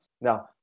Now